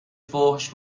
فحش